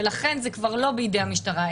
ולכן זה כבר לא בידי המשטרה,